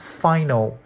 final